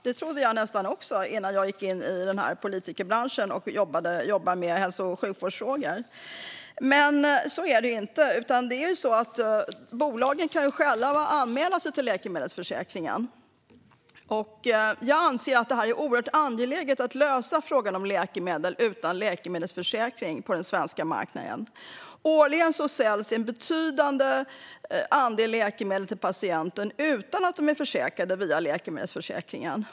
Det trodde nog jag också innan jag gav mig in i politikerbranschen och började jobba med hälso och sjukvårdsfrågor. Men så är det inte, utan det är så att bolagen själva kan anmäla sig till läkemedelsförsäkringen. Jag anser att det är oerhört angeläget att lösa frågan om läkemedel utan läkemedelsförsäkring på den svenska marknaden. Årligen säljs en betydande andel läkemedel till patienter utan att vara försäkrade via läkemedelsförsäkringen.